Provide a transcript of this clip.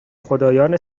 خدایان